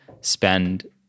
spend